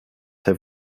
have